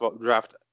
draft